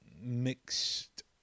mixed